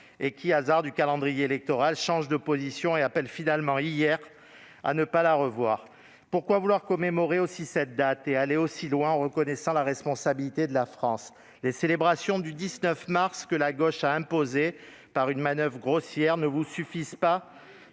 et qui, hasard du calendrier électoral, change de position et appelle finalement hier à ne pas la revoir. Pourquoi vouloir également commémorer cette date et aller aussi loin en reconnaissant la responsabilité de la France ? Les célébrations du 19 mars, que la gauche a imposées par une manoeuvre grossière, ne vous suffisent-elles